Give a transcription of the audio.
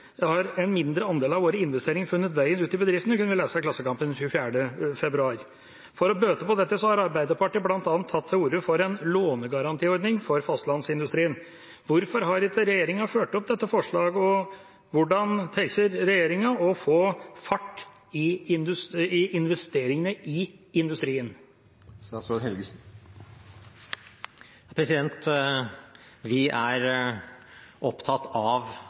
andel av våre investeringer funnet veien ut til bedriftene, kunne vi lese i Klassekampen den 24. februar. For å bøte på dette har Arbeiderpartiet bl.a. tatt til orde for en lånegarantiordning for fastlandsindustrien. Hvorfor har ikke regjeringa fulgt opp dette forslaget? Og hvordan tenker regjeringa å få fart i investeringene i industrien? Vi er opptatt av at det er